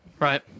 Right